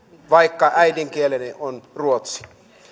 vaikka äidinkieleni on ruotsi